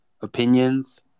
opinions